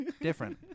different